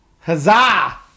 Huzzah